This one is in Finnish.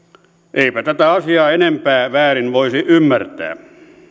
eipä tätä asiaa enempää väärin voisi ymmärtää